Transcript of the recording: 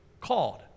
called